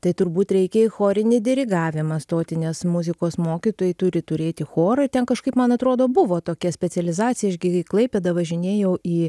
tai turbūt reikia į chorinį dirigavimą stoti nes muzikos mokytojai turi turėti chorų ir ten kažkaip man atrodo buvo tokia specializacija aš gi į klaipėdą važinėjau į